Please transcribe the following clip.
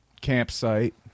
campsite